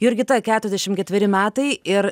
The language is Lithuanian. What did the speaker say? jurgita keturiasdešim ketveri metai ir